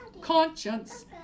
conscience